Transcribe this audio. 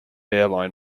airline